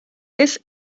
this